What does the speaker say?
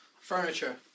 furniture